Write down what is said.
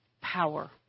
power